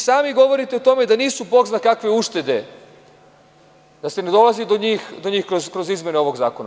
Sami govorite o tome da nisu bog zna kakve uštede, da se ne dolazi do njih kroz izmene ovog zakona.